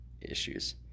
issues